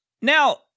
now